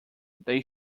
they